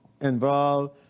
involved